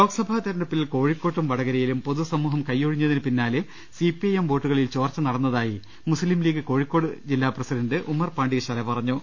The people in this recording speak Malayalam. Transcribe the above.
ലോക്സഭാ തെരഞ്ഞെടുപ്പിൽ കോഴിക്കോട്ടും വടകരയിലും പൊതുസമൂഹം കയ്യൊഴിഞ്ഞതിന് പിന്നാലെ സിപിഐഎം വോട്ടു കളിൽ ചോർച്ച നടന്നതായി മുസ്ലീം ലീഗ് കോഴിക്കോട് ജില്ലാ പ്രസി ഡന്റ് ഉമ്മർ പാണ്ടികശാല പറഞ്ഞു